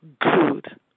good